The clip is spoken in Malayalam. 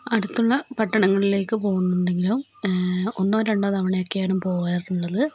അടുത്തുള്ള പട്ടണങ്ങളിലേക്ക് പോകുന്നുണ്ടെങ്കിലോ ഒന്നോ രണ്ടോ തവണയൊക്കെയാണ് പോകാറുള്ളത്